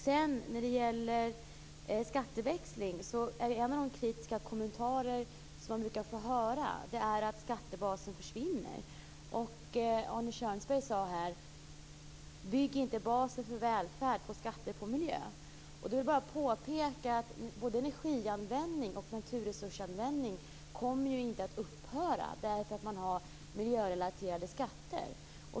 När det sedan gäller skatteväxling är en av de kritiska kommentarer som man brukar få höra att skattebasen försvinner. Arne Kjörnsberg sade: Bygg inte basen för välfärd på skatter på miljö. Då vill jag bara påpeka att både energianvändning och naturresursanvändning inte kommer att upphöra därför att man har miljörelaterade skatter.